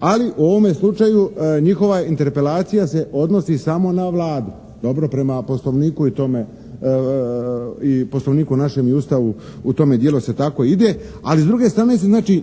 ali u ovome slučaju njihova interpelacija se odnosi samo na Vladu. Dobro, prema poslovniku našem i Ustavu u tome dijelu se tako i ide ali s druge strane